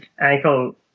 Ankle